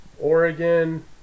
Oregon